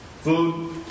Food